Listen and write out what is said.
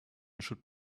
should